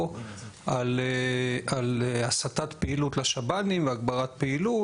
על הסתת פעילות לשב"נים והגברת פעילות,